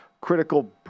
critical